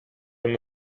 uno